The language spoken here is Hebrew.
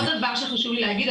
עוד דבר שחשוב לי להגיד,